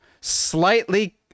slightly